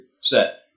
set